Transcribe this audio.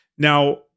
Now